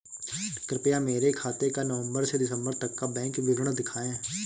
कृपया मेरे खाते का नवम्बर से दिसम्बर तक का बैंक विवरण दिखाएं?